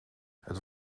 het